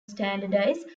standardised